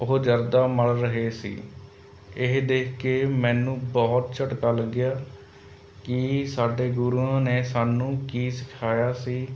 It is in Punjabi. ਉਹ ਜਰਦਾ ਮਲ ਰਹੇ ਸੀ ਇਹ ਦੇਖ ਕੇ ਮੈਨੂੰ ਬਹੁਤ ਝਟਕਾ ਲੱਗਿਆ ਕਿ ਸਾਡੇ ਗੁਰੂਆਂ ਨੇ ਸਾਨੂੰ ਕੀ ਸਿਖਾਇਆ ਸੀ